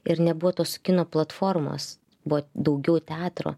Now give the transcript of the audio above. ir nebuvo tos kino platformos buvo daugiau teatro